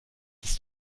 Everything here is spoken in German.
ist